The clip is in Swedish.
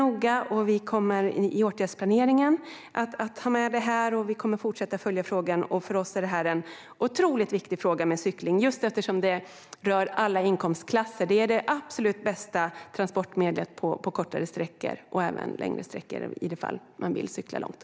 Vi kommer att ha med det i åtgärdsplaneringen och fortsätta följa frågan. För oss är cykling en otroligt viktig fråga, just eftersom det rör alla inkomstklasser. Cykel är det absolut bästa transportmedlet på korta sträckor men, ifall man vill cykla långt, även på långa sträckor.